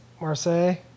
Marseille